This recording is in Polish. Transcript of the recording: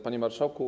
Panie Marszałku!